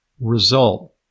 result